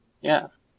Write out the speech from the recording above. Yes